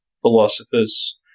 philosophers